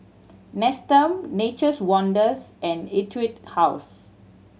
Nestum Nature's Wonders and Etude House